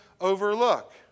overlook